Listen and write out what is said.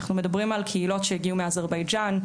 אנחנו מדברים על קהילות שהגיעו מאזרבייג'ן,